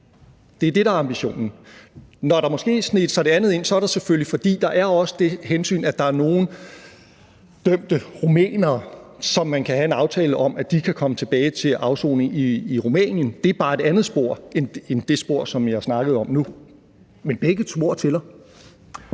Det er det, der er ambitionen. Når der måske sneg sig det andet ind, er det selvfølgelig, fordi der også er det hensyn, at man kan have en aftale om, at nogle dømte rumænere kan komme tilbage til afsoning i Rumænien, men det er bare et andet spor end det spor, som jeg snakker om nu. Men begge spor tæller.